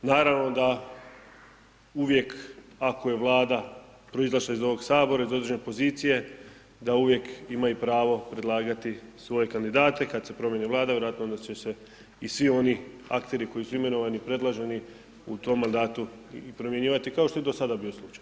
Naravno da uvijek, ako je Vlada proizašla iz ovog Sabora, iz određene pozicije, da uvijek ima i pravo predlagati svoje kandidate, kad se promijeni Vlada vjerojatno onda će se i svi oni akteri koji su imenovani i predloženi u tom mandatu i promjenjivati, kao što se i do sada bio slučaj.